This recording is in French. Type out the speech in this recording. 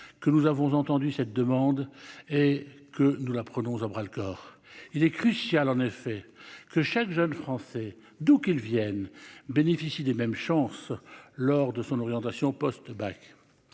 que nous avons entendu cette demande et que nous la prenons à bras le corps, il est crucial en effet que chaque jeune Français, d'où qu'il Vienne bénéficient des mêmes chances lors de son orientation post-bac,